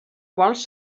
quals